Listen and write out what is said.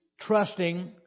trusting